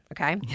okay